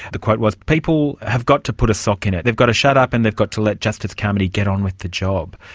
the quote was people have got to put a sock in it, they've got to shut up and they've got to let justice carmody get on with the job'.